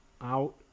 out